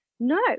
No